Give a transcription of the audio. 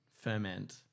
ferment